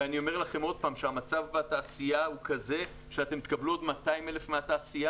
והמצב בתעשייה הוא כזה שאתם תקבלו עוד 200,000 מהתעשייה